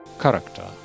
character